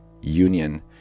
union